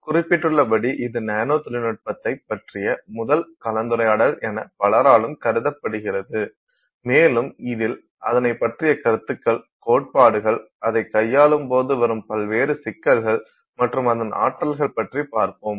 குறிப்பிட்டுள்ளபடி இது நானோ தொழில்நுட்பத்தைப் பற்றிய முதல் கலந்துரையாடல் என பலராலும் கருதப்படுகிறது மேலும் இதில் அதனைப் பற்றிய கருத்துக்கள் கோட்பாடுகள் அதை கையாளும் போது வரும் பல்வேறு சிக்கல்கள் மற்றும் அதன் ஆற்றல்கள் பற்றி பார்ப்போம்